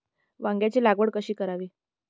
वांग्यांची लागवड कशी करावी?